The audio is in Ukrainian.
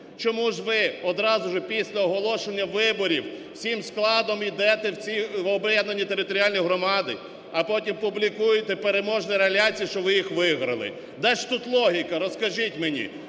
Чому ж ви одразу ж після оголошення виборів всім складом ідете у ці об'єднані територіальні громади, а потім публікуєте переможні реляції, що ви їх виграли. Де ж тут логіка, розкажіть мені?